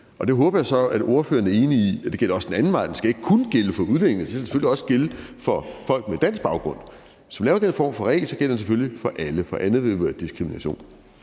og det håber jeg at ordføreren er enig i. Den gælder også den anden vej. Den skal ikke kun gælde for udlændinge, den skal selvfølgelig også gælde for folk med dansk baggrund. Hvis man laver den her form for regel, gælder den selvfølgelig for alle, for andet ville jo være diskrimination.